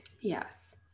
yes